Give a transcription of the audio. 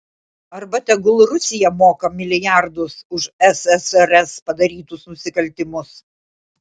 arba tegul rusija moka milijardus už ssrs padarytus nusikaltimus